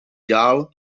dál